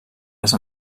les